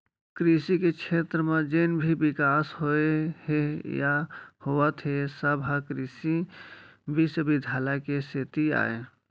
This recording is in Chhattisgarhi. कृसि के छेत्र म जेन भी बिकास होए हे या होवत हे सब ह कृसि बिस्वबिद्यालय के सेती अय